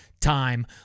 time